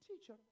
teacher